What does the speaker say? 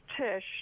Tish